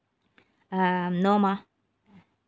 um no mah